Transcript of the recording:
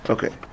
Okay